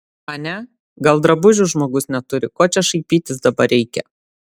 ane gal drabužių žmogus neturi ko čia šaipytis dabar reikia